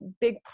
big